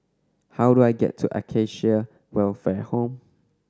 how do I get to Acacia Welfare Home